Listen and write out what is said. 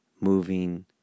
moving